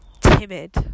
timid